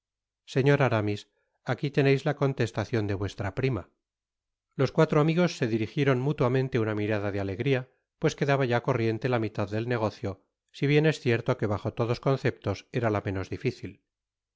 señor aramis aqui teneis la contestacion de vuestra prima los cuatro amigos se dirijieron mútuamente una mirada de alegría pues quedaba ya corriente la mitad del negocio si bien es cierto que bajo todos conceptos era la menos difícil